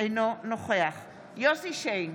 אינו נוכח יוסף שיין,